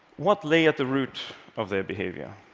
what lay at the root of their behavior?